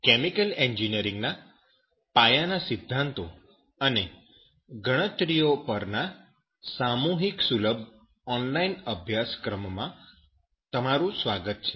chemical engineering ના પાયાના સિદ્ધાંતો અને ગણતરીઓ પરના સામૂહિક સુલભ ઓનલાઈન અભ્યાસક્રમમાં તમારું સ્વાગત છે